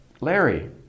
Larry